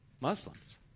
Muslims